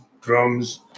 drums